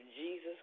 Jesus